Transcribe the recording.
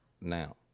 now